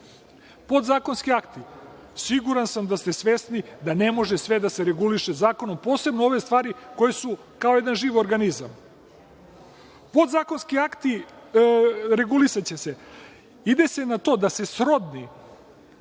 piše. Podzakonski akti, siguran sam da ste svesni da ne može sve da se reguliše zakonom, posebno ove stvari koje su kao jedan živ organizam. Podzakonski akti regulisaće se, ide se na to da se srodni,